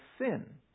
sin